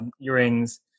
earrings